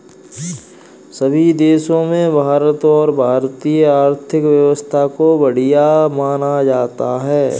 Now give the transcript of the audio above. सभी देशों में भारत और भारतीय आर्थिक व्यवस्था को बढ़िया माना जाता है